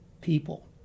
people